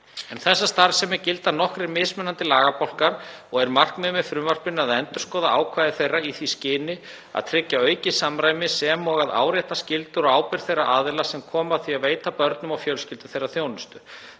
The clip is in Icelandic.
Um þessa starfsemi gilda nokkrir mismunandi lagabálkar og er markmiðið með frumvarpinu að endurskoða ákvæði þeirra í því skyni að tryggja aukið samræmi sem og að árétta skyldur og ábyrgð þeirra aðila sem koma að því að veita börnum og fjölskyldum þeirra þjónustu.